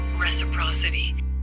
Reciprocity